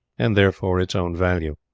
and, therefore, its own value.